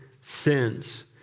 sins